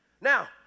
now